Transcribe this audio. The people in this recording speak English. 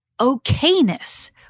okayness